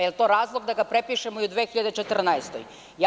Je li to razlog da ga prepišemo i u 2014. godini?